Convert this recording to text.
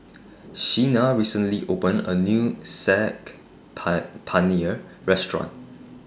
Sheena recently opened A New Saag PIE Paneer Restaurant